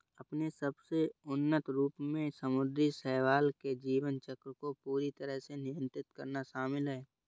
अपने सबसे उन्नत रूप में समुद्री शैवाल के जीवन चक्र को पूरी तरह से नियंत्रित करना शामिल है